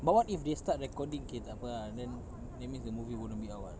but what if they start recording okay tak apa ah then that means the movie wouldn't be out [what]